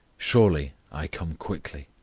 surely i come quickly.